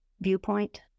viewpoint